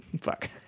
fuck